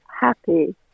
happy